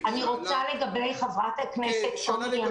ימשיכו לקבל מענה כשהצוותים